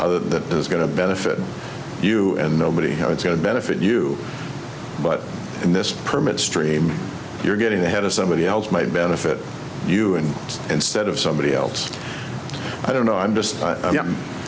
other than that there's going to benefit you and nobody know it's going to benefit you but in this permit stream you're getting ahead of somebody else might benefit you and instead of somebody else i don't know i